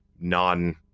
non